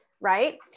right